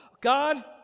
God